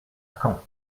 caen